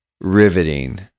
riveting